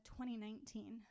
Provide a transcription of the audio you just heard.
2019